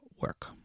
work